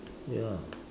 ya